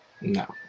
No